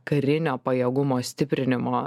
karinio pajėgumo stiprinimo